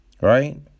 right